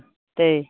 दे